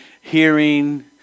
hearing